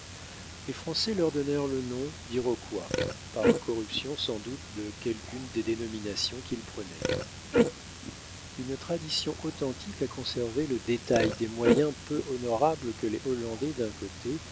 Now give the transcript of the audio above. les français leur donnèrent le nom d'iroquois par corruption sans doute de quelqu'une des dénominations qu'ils prenaient une tradition authentique a conservé le détail des moyens peu honorables que les hollandais d'un côté